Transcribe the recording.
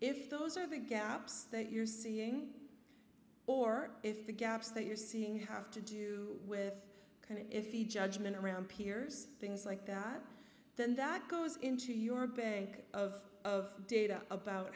ose are the gaps that you're seeing or if the gaps that you're seeing have to do with kind of if the judgment around peers things like that then that goes into your bank of data about